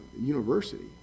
university